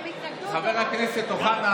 הם התנגדו אוטומטית.